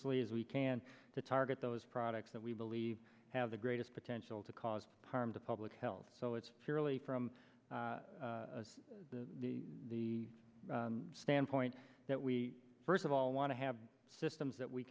as we can to target those products that we believe have the greatest potential to cause harm to public health so it's purely from the the standpoint that we first of all want to have systems that we